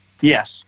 Yes